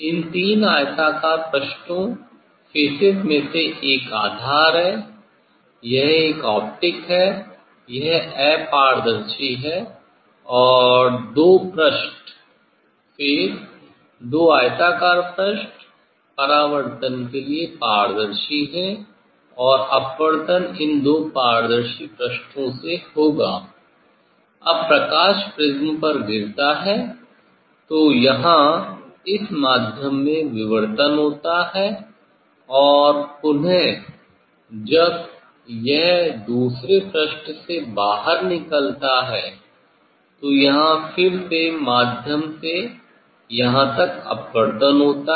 इन तीन आयताकार पृष्ठों फेसेस में से एक आधार है यह एक ऑप्टिक है यह अपारदर्शी है और दो पृष्ठ फेस दो आयताकार पृष्ठ परावर्तन के लिए पारदर्शी हैं और अपवर्तन इन दो पारदर्शी पृष्ठों फेसेस से होगा जब प्रकाश प्रिज्म पर गिरता है तो यहां इस माध्यम में विवर्तन होता है और पुनः जब यह दूसरे पृष्ठ से बाहर निकलता है तो यहां फिर से माध्यम से यहां तक अपवर्तन होता है